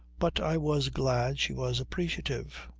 but i was glad she was appreciative.